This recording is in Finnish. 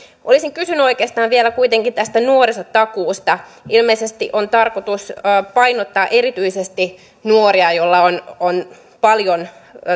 olisin kysynyt oikeastaan vielä kuitenkin tästä nuorisotakuusta ilmeisesti on tarkoitus painottaa erityisesti nuoria joilla on on paljon